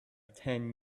ten